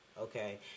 okay